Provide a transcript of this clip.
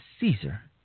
Caesar